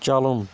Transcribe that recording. چَلُن